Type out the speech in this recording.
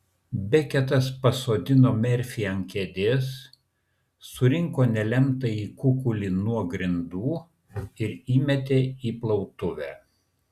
beketas pasodino merfį ant kėdės surinko nelemtąjį kukulį nuo grindų ir įmetė į plautuvę